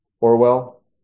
Orwell